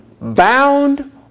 bound